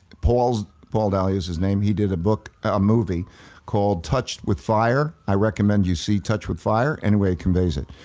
paul paul dalio is his name, he did a ah movie called touched with fire. i recommend you see touched with fire, anyway, it conveys it.